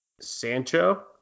Sancho